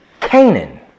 Canaan